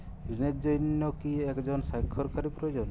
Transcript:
ঋণের জন্য কি একজন স্বাক্ষরকারী প্রয়োজন?